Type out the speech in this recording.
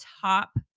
top